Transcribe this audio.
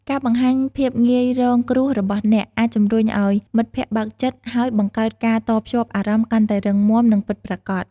ការបង្ហាញភាពងាយរងគ្រោះរបស់អ្នក អាចជំរុញឱ្យមិត្តភក្តិបើកចិត្ត ហើយបង្កើតការតភ្ជាប់អារម្មណ៍កាន់តែរឹងមាំ និងពិតប្រាកដ។